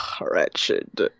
wretched